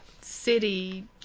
city